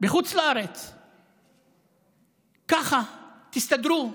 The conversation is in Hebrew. בחוץ לארץ ככה, תסתדרו,